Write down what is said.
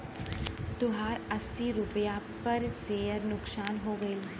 तोहार अस्सी रुपैया पर सेअर नुकसान हो गइल